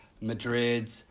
Madrid